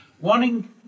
wanting